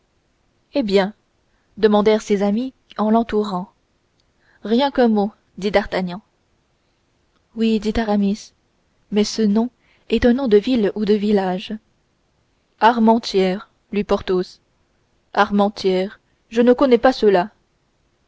eh bien demandèrent ses amis en l'entourant rien qu'un mot dit d'artagnan oui dit aramis mais ce nom est un nom de ville ou de village armentières lut porthos armentières je ne connais pas